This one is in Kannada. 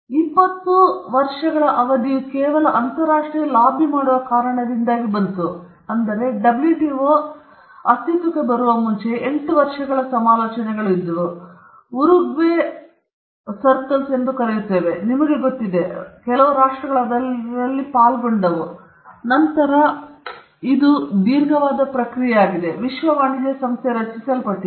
20 ವರ್ಷಗಳ ಅವಧಿಯು ಕೆಲವು ಅಂತರರಾಷ್ಟ್ರೀಯ ಲಾಬಿ ಮಾಡುವ ಕಾರಣದಿಂದಾಗಿ ಬಂದಿತು ಏಕೆಂದರೆ WTO ಇದು ಅಸ್ತಿತ್ವಕ್ಕೆ ಬರುವ ಮುಂಚೆ 8 ವರ್ಷಗಳ ಸಮಾಲೋಚನೆಗಳು ಇದ್ದವು ಉರುಗ್ವೆ ಸುತ್ತುಗಳೆಂದು ನಾವು ಕರೆಯುತ್ತೇವೆ ನಿಮಗೆ ಗೊತ್ತಿದೆ ರಾಷ್ಟ್ರಗಳು ಅದರಲ್ಲಿ ಪಾಲ್ಗೊಂಡವು ನಂತರ ಇದು ದೀರ್ಘವಾದ ಪ್ರಕ್ರಿಯೆಯಾಗಿದೆ ಇದು ವಿಶ್ವ ವಾಣಿಜ್ಯ ಸಂಸ್ಥೆ ರಚಿಸಲ್ಪಟ್ಟಿತು